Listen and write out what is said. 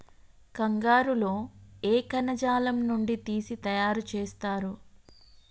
కంగారు లో ఏ కణజాలం నుండి తీసి తయారు చేస్తారు?